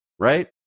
Right